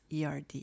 ERD